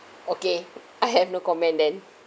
okay I have no comment then